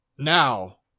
now